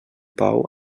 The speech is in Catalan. pau